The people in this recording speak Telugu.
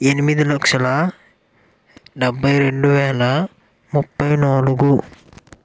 ఎనిమిది లక్షల డెబ్బై రెండు వేల ముప్పై నాలుగు